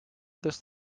this